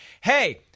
Hey